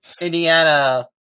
indiana